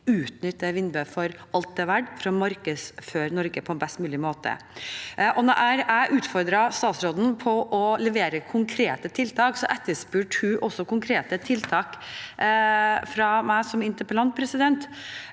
dette vinduet for alt det er verdt for å markedsføre Norge på en best mulig måte. Da jeg utfordret statsråden på å levere konkrete tiltak, etterspurte hun konkrete tiltak fra meg som interpellant, og det